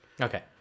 Okay